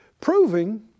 Proving